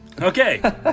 Okay